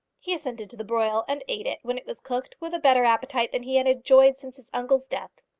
he assented to the broil, and ate it, when it was cooked, with a better appetite than he had enjoyed since his uncle's death.